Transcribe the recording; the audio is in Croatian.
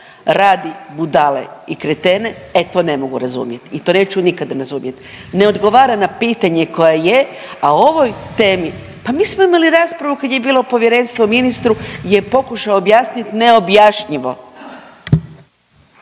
radi budale i kretene, e to ne mogu razumjet i to neću nikad razumjet. Ne odgovora na pitanje koja je, a o ovoj temi, pa mi smo imali raspravu kad je bilo povjerenstvo ministru gdje je pokušao objasnit neobjašnjivo.